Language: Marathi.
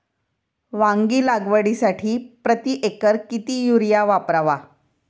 वांगी लागवडीसाठी प्रति एकर किती युरिया वापरावा?